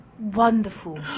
wonderful